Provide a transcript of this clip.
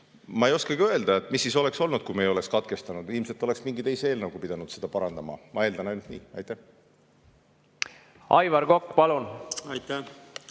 Ma ei oskagi öelda, mis siis oleks olnud, kui me ei oleks katkestanud. Ilmselt oleks mingi teise eelnõuga pidanud seda parandama, ma eeldan ainult nii. Aitäh! No ma juba